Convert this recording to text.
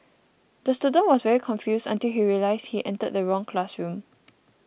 the student was very confused until he realised he entered the wrong classroom